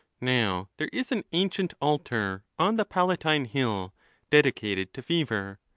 now there is an ancient altar on the palatine hill dedicated to fever,